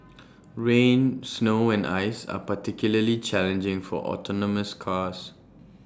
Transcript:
rain snow and ice are particularly challenging for autonomous cars